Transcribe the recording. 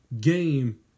game